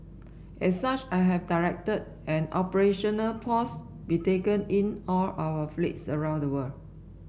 as such I have directed an operational pause be taken in all our fleets around the world